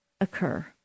occur